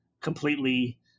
completely